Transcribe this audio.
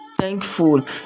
thankful